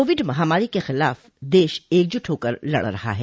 Covid महामारी के खिलाफ देश एकजुट होकर लड़ रहा है